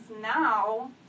now